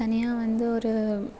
தனியாக வந்து ஒரு